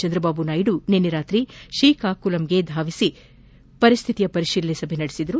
ಚಂದ್ರಬಾಬು ನಾಯ್ದ ನಿನ್ನೆ ರಾತ್ರಿ ಶ್ರೀಕಾಕುಲಂಗೆ ಧಾವಿಸಿ ಪರಿಸ್ಥಿತಿ ಪರಿಶೀಲನಾ ಸಭೆ ನಡೆಸಿದರು